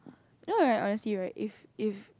you know right honestly right if if